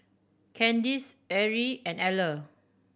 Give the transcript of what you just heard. Candice Erie and Eller